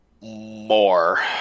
more